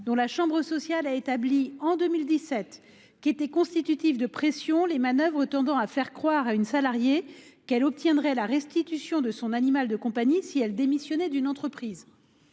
dont la chambre sociale a établi, en 2017, qu’étaient constitutives de pressions les manœuvres tendant à faire croire à une salariée qu’elle obtiendrait la restitution de son animal de compagnie si elle démissionnait d’une entreprise.